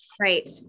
Right